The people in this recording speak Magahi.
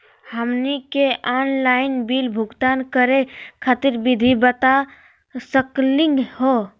हमनी के आंनलाइन बिल भुगतान करे खातीर विधि बता सकलघ हो?